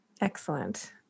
Excellent